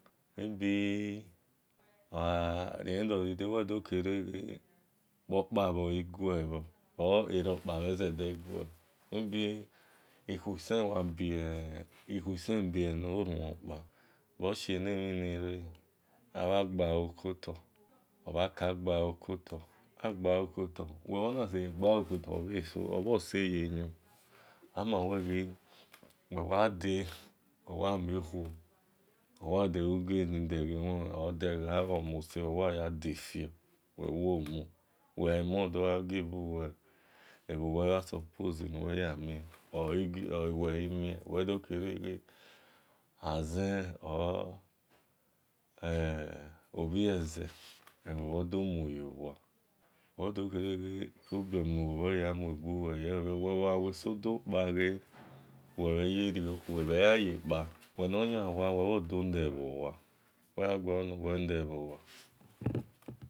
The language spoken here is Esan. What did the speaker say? Maybe at the end of the day ukpokpa or ebhizewe-gue maybe ikhue isen wa bie no-ruonkpa bhosie eni mhin ni re, abha gbalo kotor, obha kagbale koto uwe bha na seye gbole koto bhe, eso oseye yon amawe ghe uwe wa de, uwe wa mie-okhuo owa degi ugedin, deghe ewin omose uwa defio uwe wo mu, uwe gha mu odo-gha give uwe ebo mhann suppose nu-we yamien uwe dokene-ghe azen or obhie eze oha-uwe do muyo-wa, wi dokene ghe problem uwe uwe ghi ya muegbu we ye uwe gha we so dokpa uwi-ye rio kho eyan kpa uwe noyan owa agualor nu-we le bho-owa.